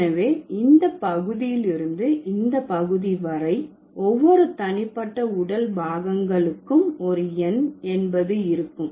எனவே இந்த பகுதியிலிருந்து இந்த பகுதிவரை ஒவ்வொரு தனிப்பட்ட உடல் பாகங்களுக்கும் ஒரு எண் என்பது இருக்கும்